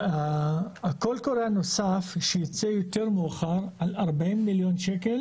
הלאה הקול קורא הנוסף שייצא יותר מאוחר על 40 מיליון שקל